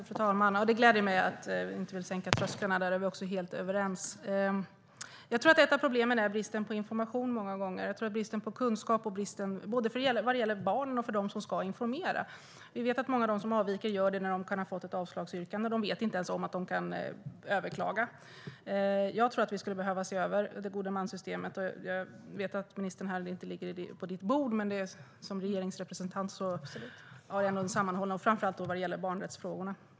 Fru talman! Det gläder mig att statsrådet inte vill sänka trösklarna. Där är vi också helt överens. Jag tror att ett av problemen många gånger är bristen på information och kunskap vad gäller barnen och för dem som ska informera. Vi vet att många av dem som avviker gör det när de har fått ett avslagsyrkande. De vet inte ens att de kan överklaga. Jag tror att vi skulle behöva se över godmanssystemet. Jag vet att frågan inte ligger på ministerns bord, men som regeringsrepresentant har hon ändå ett sammanhållet ansvar, framför allt när det gäller barnrättsfrågorna.